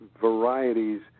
varieties